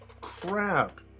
crap